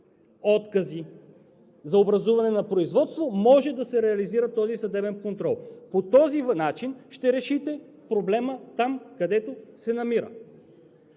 откази за образуване на производство може да се реализира този съдебен контрол. По този начин ще решите проблема там, където се намира,